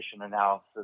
analysis